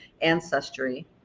ancestry